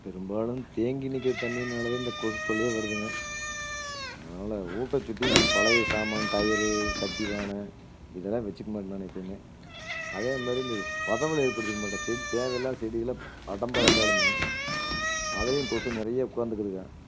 பெரும்பாலும் தேங்கி நிற்கிற தண்ணீர்னால தான் இந்த கொசு தொல்லையே வருதுங்க அதனால் வீட்டை சுற்றி கொஞ்சம் பழைய சாமான் டயரு சட்டி பானை இதெல்லாம் வெச்சுக்க மாட்டேன் நான் எப்பயுமே அதேமாதிரி இந்த பதவளைய படுத்திக்க மாட்டேன் செடி தேவையில்லாத செடி எல்லாம் அடம்பாக இருந்தாலுமே அதிலையும் கொசு நிறைய உட்காந்துக்குதுங்க